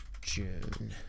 june